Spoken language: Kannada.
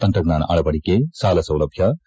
ತಂತ್ರಜ್ಞಾನ ಅಳವಡಿಕೆ ಸಾಲ ಸೌಲಭ್ಞ